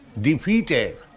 defeated